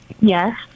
Yes